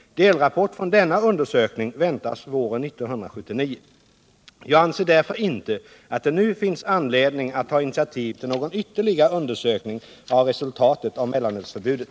Delrapport från undersökningen väntas våren 1979. Jag anser därför inte att det nu finns anledning att ta initiativ till någon ytterligare undersökning av resultatet av mellanölsförbudet.